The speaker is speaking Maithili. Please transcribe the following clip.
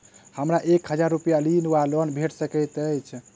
हमरा एक हजार रूपया ऋण वा लोन भेट सकैत अछि?